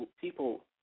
People